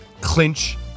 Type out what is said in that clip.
clinch